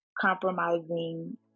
compromising